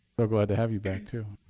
real glad to have you back, too.